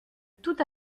tout